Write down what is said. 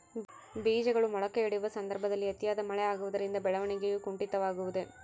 ಬೇಜಗಳು ಮೊಳಕೆಯೊಡೆಯುವ ಸಂದರ್ಭದಲ್ಲಿ ಅತಿಯಾದ ಮಳೆ ಆಗುವುದರಿಂದ ಬೆಳವಣಿಗೆಯು ಕುಂಠಿತವಾಗುವುದೆ?